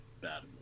bad